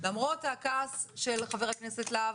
וגם היום איחרתי בחצי שעה,